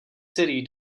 city